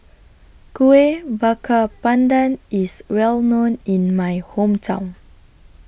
Kueh Bakar Pandan IS Well known in My Hometown